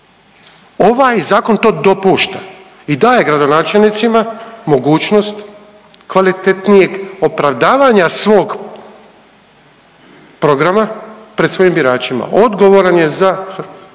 Ovaj zakon to dopušta i daje gradonačelnicima mogućnost kvalitetnijeg opravdavanja svog programa pred svojim biračima. Odgovoran je za